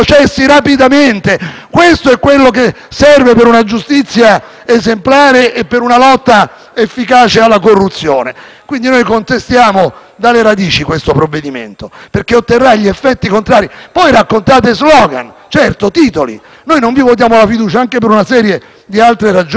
Questo è ciò che serve per una giustizia esemplare e per una lotta efficace alla corruzione. Quindi, noi contestiamo dalle radici il provvedimento in esame, perché otterrà gli effetti contrari. Voi fate uso di slogan e di titoli. Non voteremo la fiducia anche per una serie di altre ragioni, cari colleghi,